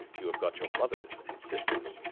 you have got your mother and sisters.